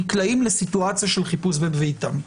נקלעים לסיטואציה של חיפוש בביתם.